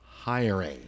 hiring